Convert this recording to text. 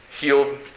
healed